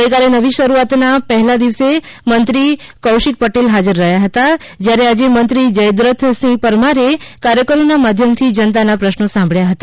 ગઇકાલે નવી શરૂઆત ના પહેલા દિવસે મંત્રી કૌશિક પટેલ હાજર રહ્યા હતા જ્યારે આજે મંત્રી જયદ્રથસિંહ પરમાર કાર્યક્રરો ના માધ્યમ થી જનતાના પ્રશ્નો સાંભળ્યા હતા